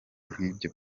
nkibyo